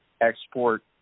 export